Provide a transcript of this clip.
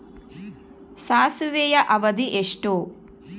ಸಾಸಿವೆಯ ಅವಧಿ ಎಷ್ಟು?